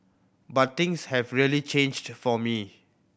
but things have really changed for me